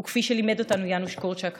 וכפי שלימד אותנו יאנוש קורצ'אק,